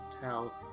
tell